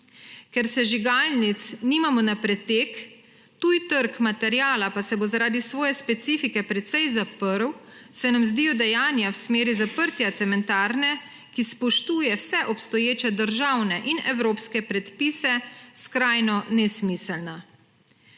Ker sežigalnic nimamo na pretek, tuji trg materiala pa se bo zaradi svoje specifike precej zaprl, se nam zdijo dejanja v smeri zaprtja cementarne, ki spoštuje vse obstoječe državne in evropske predpise, skrajno nesmiselna.